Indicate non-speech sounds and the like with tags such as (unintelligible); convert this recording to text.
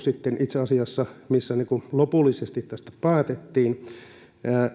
(unintelligible) sitten itse asiassa missä lopullisesti tästä päätettiin